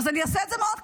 אז אני אעשה את זה קצר.